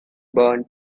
burned